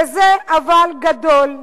וזה אבל גדול,